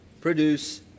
Produce